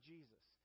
Jesus